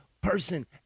person